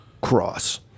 cross